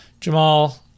Jamal